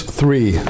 three